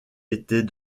était